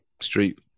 Street